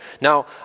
Now